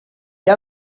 què